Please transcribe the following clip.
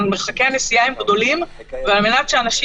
מרחקי הנסיעה הם גדולים ועל מנת שאנשים